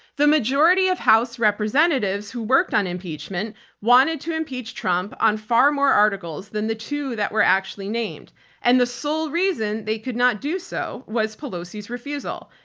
the majority of house representatives who worked on impeachment wanted to impeach trump on far more articles than the two that were actually named and the sole reason they could not do so was pelosi's refusal.